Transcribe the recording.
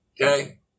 Okay